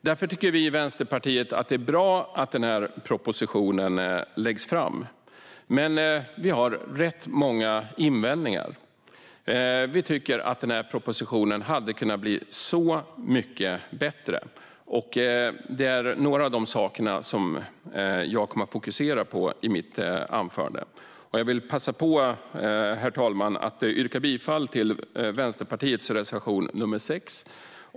Därför tycker vi i Vänsterpartiet att det är bra att den här propositionen läggs fram, men vi har rätt många invändningar. Vi tycker att propositionen hade kunnat bli mycket bättre. Några av de invändningar vi har kommer jag att fokusera på i mitt anförande. Jag vill passa på att yrka bifall till Vänsterpartiets reservation nr 6.